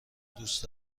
دوست